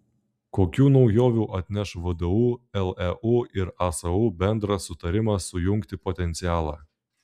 kokių naujovių atneš vdu leu ir asu bendras sutarimas sujungti potencialą